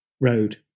road